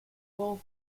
fall